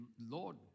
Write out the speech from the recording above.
Lord